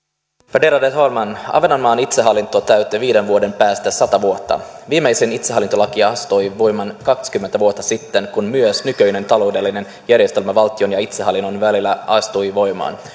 värderade talman ahvenanmaan itsehallinto täyttää viiden vuoden päästä sata vuotta viimeisin itsehallintolaki astui voimaan kaksikymmentä vuotta sitten kun myös nykyinen taloudellinen järjestelmä valtion ja itsehallinnon välillä astui voimaan